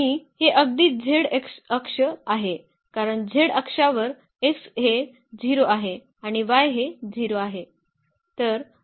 आणि हे अगदी z अक्ष आहे कारण z अक्षावर x हे 0 आहे आणि y हे 0 आहे